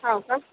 हो का